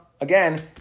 again